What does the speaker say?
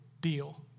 deal